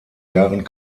jahren